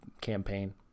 campaign